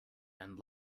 and